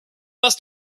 must